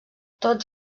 tots